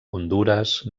hondures